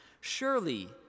Surely